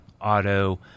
auto